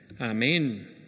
Amen